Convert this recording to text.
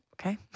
Okay